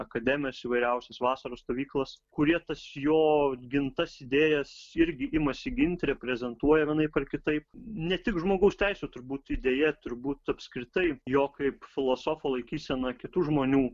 akademijas įvairiausias vasaros stovyklas kurie tas jo gintas idėjas irgi imasi ginti reprezentuoja vienaip ar kitaip ne tik žmogaus teisių turbūt idėja turbūt apskritai jo kaip filosofo laikysena kitų žmonių